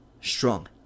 Strong